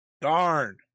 Darn